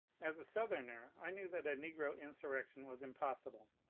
as a southerner i knew that a negro insurrection was im possible.